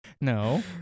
No